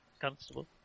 Constable